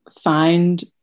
find